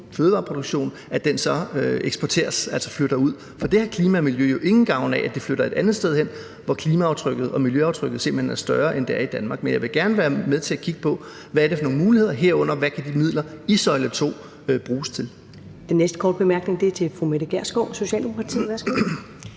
fødevareproduktion – eksporteres, altså flytter ud. For det har klima og miljø jo ingen gavn af, altså at det flytter et andet sted hen, hvor klimaaftrykket og miljøaftrykket simpelt hen er større, end det er i Danmark. Men jeg vil gerne være med til at kigge på, hvad det er for nogle muligheder, der er, herunder: Hvad kan de midler i søjle 2 bruges til? Kl. 19:36 Første næstformand (Karen Ellemann): Den næste korte bemærkning er til fru Mette Gjerskov, Socialdemokratiet. Værsgo. Kl.